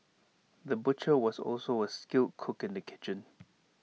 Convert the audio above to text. the butcher was also A skilled cook in the kitchen